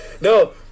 No